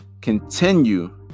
continue